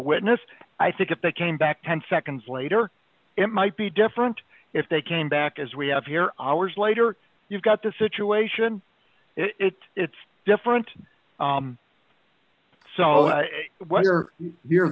witness i think if they came back ten seconds later it might be different if they came back as we have here hours later you've got the situation it it's different so what you're near